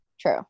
true